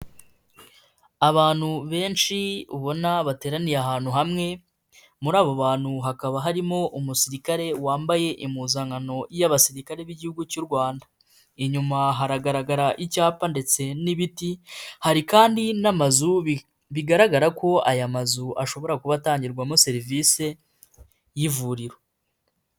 Abantu benshi ubona bateraniye ahantu hamwe, muri abo bantu hakaba harimo Umusirikare wambaye impuzankano y'abasirikare b'igihugu cy'u Rwanda, inyuma hagaragara icyapa ndetse n'ibiti, hari kandi n'amazu bigaragara ko aya mazu ashobora kuba atangirwamo serivisi y'ivuriro.